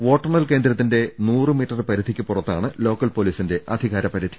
വോട്ടെണ്ണൽ കേന്ദ്രത്തിന്റെ നൂറ് മീറ്റർ പരിധിക്ക് പുറ ത്താണ് ലോക്കൽ പൊലീസിന്റെ അധികാര്യ പരിധി